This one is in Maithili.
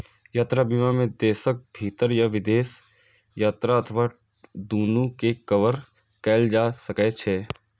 यात्रा बीमा मे देशक भीतर या विदेश यात्रा अथवा दूनू कें कवर कैल जा सकै छै